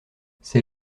c’est